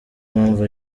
mpamvu